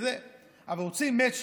אבל רוצים מצ'ינג.